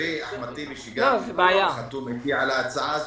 חברי אחמד טיבי שחתום אתי על ההצעה הזאת,